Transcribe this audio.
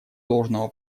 должного